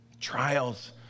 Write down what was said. Trials